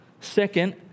Second